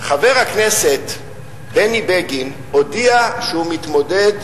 וחבר הכנסת בני בגין הודיע שהוא מתמודד